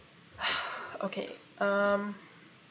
okay um